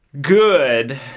good